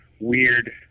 weird